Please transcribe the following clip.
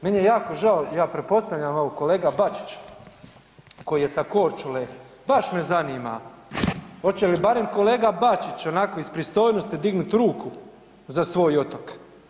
Meni je jako žao, ja pretpostavljam, evo kolega Bačić koji je sa Korčule, baš me zanima hoće li barem kolega Bačić onako iz pristojnosti dignut ruku za svoj otok.